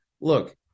look